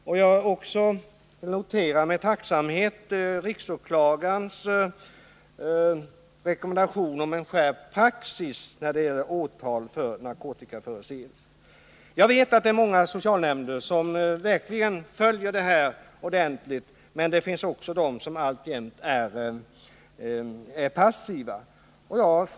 Jag noterar också med tacksamhet riksåklagarens rekommendation om en skärpt praxis när det gäller åtal för narkotikaförseelser. Jag vet att många socialnämnder verkligen använder de lagliga instrument som står till förfogande, men det finns också socialnämnder som alltjämt är passiva.